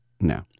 No